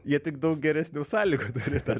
jie tik daug geresnių sąlygų turi tą